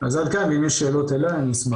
אז עד כאן אם יש שאלות אליי, אני אשמח לענות.